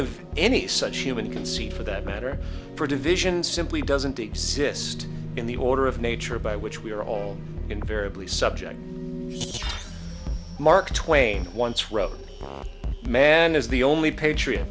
of any such human can see for that matter for division simply doesn't exist in the order of nature by which we are on invariably subject mark twain once wrote man is the only patriot